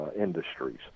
industries